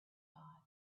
thought